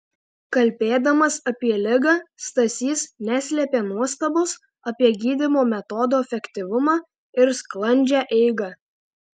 kalbėdamas apie ligą stasys neslėpė nuostabos apie gydymo metodo efektyvumą ir sklandžią eigą